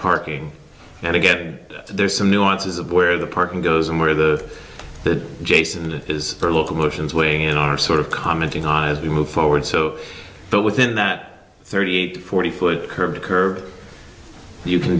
parking and again there's some nuances of where the parking goes and wherever that jason is a lot of motions way in are sort of commenting on as we move forward so but within that thirty eight forty foot curb to curb you can